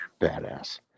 Badass